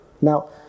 now